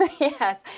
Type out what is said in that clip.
Yes